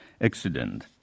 accident